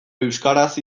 euskaraz